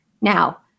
now